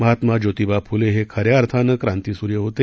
महात्मा ज्योतीबा फुले हे खऱ्या अर्थानं क्रांतीसूर्य होते